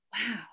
wow